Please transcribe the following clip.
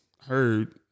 heard